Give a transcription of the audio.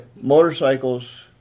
motorcycles